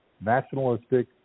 nationalistic